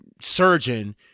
surgeon